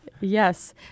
Yes